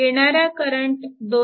येणारा करंट 2